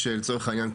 כשלצורך העניין,